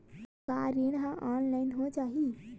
का ऋण ह ऑनलाइन हो जाही?